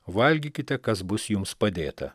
valgykite kas bus jums padėta